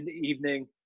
evening